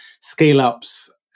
scale-ups